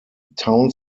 town